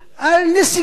על נסיגות